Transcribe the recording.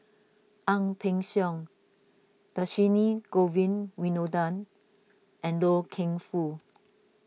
Ang Peng Siong Dhershini Govin Winodan and Loy Keng Foo